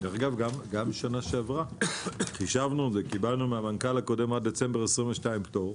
אגב גם שנה שעברה חישבנו וקיבלנו מהמנכ"ל הקודם עד דצמבר 22' פטור.